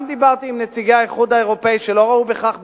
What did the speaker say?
גם דיברתי עם נציגי האיחוד האירופי שלא ראו בכך בעיה,